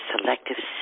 selective